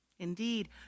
Indeed